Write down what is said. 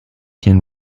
can